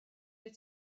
wyt